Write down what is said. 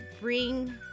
bring